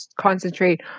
concentrate